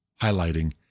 highlighting